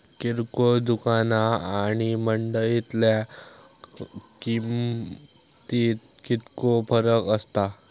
किरकोळ दुकाना आणि मंडळीतल्या किमतीत कितको फरक असता?